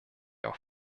auf